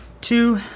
two